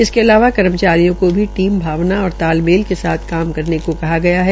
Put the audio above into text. इसके अलावा कर्मचारियों को भी टीम भावना और तालमेल के साथ काम करने को कहा गया है